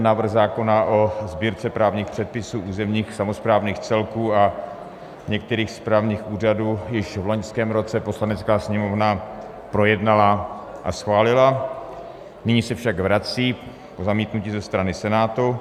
Návrh zákona o Sbírce právních předpisů územních samosprávných celků a některých správních úřadů již v loňském roce Poslanecká sněmovna projednala a schválila, nyní se však vrací zamítnutý ze strany Senátu.